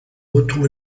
retrouve